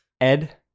Ed